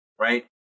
right